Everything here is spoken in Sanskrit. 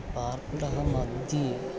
पार्टः मध्ये